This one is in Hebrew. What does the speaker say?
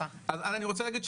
אז אני רוצה להגיד,